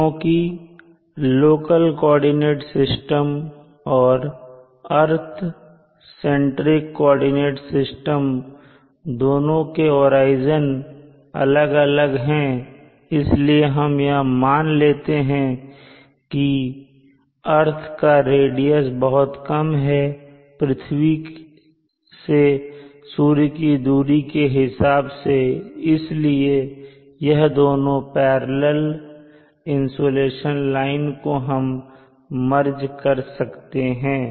क्योंकि local coordinate system और earth central coordinate system दोनों के ओरिजिन अलग अलग हैं इसलिए हम यह मान लेते हैं कि अर्थ का रेडियस बहुत कम है पृथ्वी से सूर्य की दूरी के हिसाब से इसलिए यह दोनों पैरलल इनसोलेशन लाइन को हम मर्ज कर सकते हैं